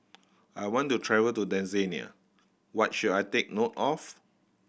I want to travel to Tanzania what should I take note of